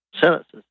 sentences